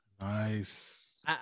nice